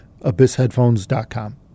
abyssheadphones.com